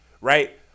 right